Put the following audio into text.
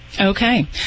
Okay